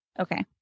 Okay